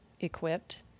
equipped